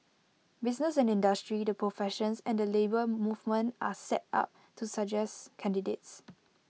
business and industry the professions and the Labour Movement are set up to suggest candidates